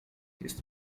jest